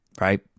right